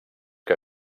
que